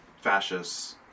fascists